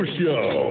show